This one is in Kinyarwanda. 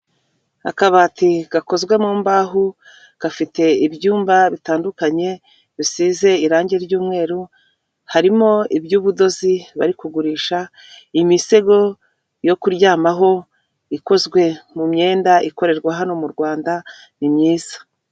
Akabati gakozwe mu mbaho gafite ibyumba bitandukanye bisize irangi ry'umweru harimo iby'ubudozi bari kugurisha imisego yo kuryamaho ikozwe mu myenda ikorerwa hano mu rwanda nimyiza.